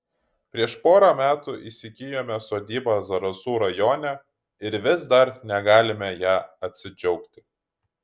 prieš porą metų įsigijome sodybą zarasų rajone ir vis dar negalime ja atsidžiaugti